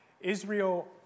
Israel